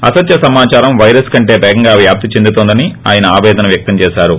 అసత్య సమాచారం పైరస్ కంటే పేగంగా వ్యాప్తి చెందుతోందని ఆయన ఆపేదన వ్యక్తం చేశారు